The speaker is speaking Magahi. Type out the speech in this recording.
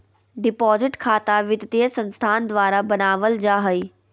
डिपाजिट खता वित्तीय संस्थान द्वारा बनावल जा हइ